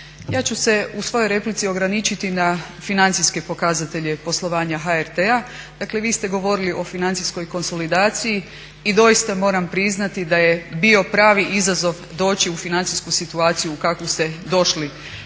ja ću se u svojoj replici ograničiti na financijske pokazatelje poslovanja HRT-a. Dakle, vi ste govorili o financijskoj konsolidaciji i doista moram priznati da je bio pravi izazov doći u financijsku situaciju u kakvu ste došli